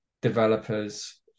developers